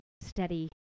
steady